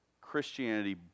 Christianity